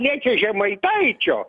nei čia žemaitaičio